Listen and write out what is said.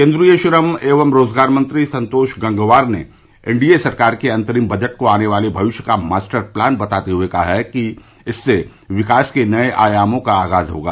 केन्द्रीय श्रम एवं रोजगार मंत्री संतोष गंगवार ने एनडीए सरकार के अंतरिम बजट को आने वाले भविष्य का मास्टर प्लान बताते हुए कहा कि इससे विकास के नये आयामों का आगाज होगा